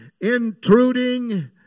intruding